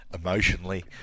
emotionally